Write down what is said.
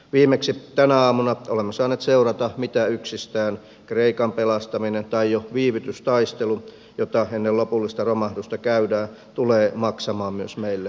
viimeksi tänä aamuna olemme saaneet seurata mitä yksistään kreikan pelastaminen tai jo viivytystaistelu jota ennen lopullista romahdusta käydään tulee maksamaan myös meille suomalaisille